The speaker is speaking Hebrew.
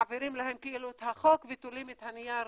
מעבירים להן כאילו את החוק ותולים את הנייר